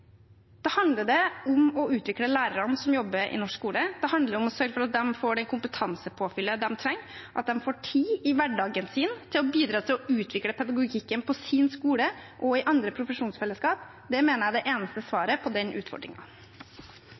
handler det om å utvikle lærerne som jobber i norsk skole, det handler om å sørge for at de får det kompetansepåfyllet de trenger, at de får tid i hverdagen til å bidra til å utvikle pedagogikken på sin skole og i andre profesjonsfellesskap. Det mener jeg er det eneste svaret på den